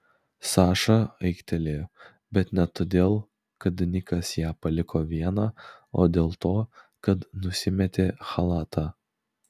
saša aiktelėjo bet ne todėl kad nikas ją paliko vieną o dėl to kad nusimetė chalatą